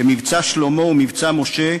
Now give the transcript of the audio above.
כ"מבצע שלמה" ו"מבצע משה",